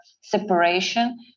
separation